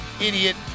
idiot